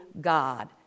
God